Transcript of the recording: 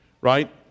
right